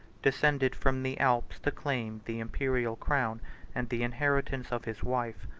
descended from the alps to claim the imperial crown and the inheritance of his wife.